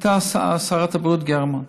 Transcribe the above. הייתה שרת הבריאות גרמן,